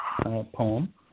poem